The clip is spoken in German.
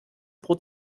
pro